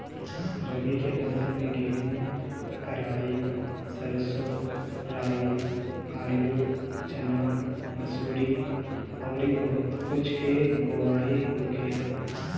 रबी के फसल में गेंहू, कराई, सरसों, राई, आलू, चना, मसूरी अउरी बहुत कुछ के बोआई होखेला